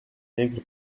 nègre